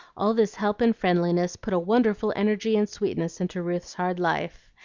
all this help and friendliness put a wonderful energy and sweetness into ruth's hard life,